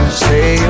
say